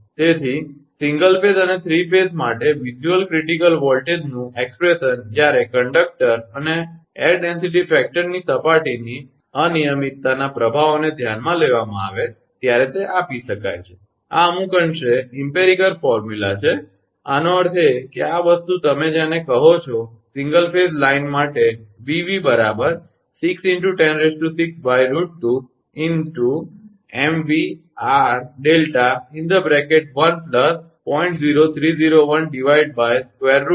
તેથી single phase અને 3 phase line માટે વિઝ્યુઅલ ક્રિટિકલ વોલ્ટેજનું અભિવ્યક્તિ જ્યારે કંડક્ટર અને હવાના ઘનતા પરિબળની સપાટીની અનિયમિતતાના પ્રભાવોને ધ્યાનમાં લેવામાં આવે છે ત્યારે તે આપી શકાય છે આ અમુક અંશે પ્રયોગમૂલક સૂત્ર છે આનો અર્થ એ કે આ વસ્તુ તમે જેને કહો છો સિંગલ ફેઝની લાઇન માટે કે 𝑉𝑣 6×106√2𝑚𝑣𝑟𝛿10